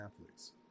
athletes